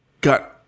got –